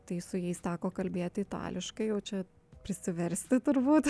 tai su jais teko kalbėti itališkai o čia prisiversti turbūt